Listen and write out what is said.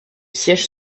siège